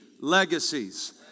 legacies